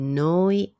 noi